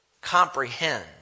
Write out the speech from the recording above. comprehend